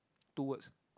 two words